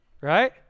right